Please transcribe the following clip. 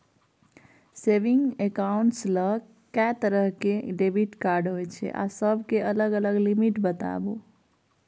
Saving accounts ल के तरह के डेबिट कार्ड होय छै आ सब के अलग अलग लिमिट बताबू?